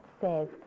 says